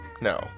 No